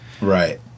right